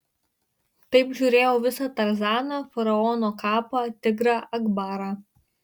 taip žiūrėjau visą tarzaną faraono kapą tigrą akbarą